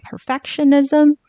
perfectionism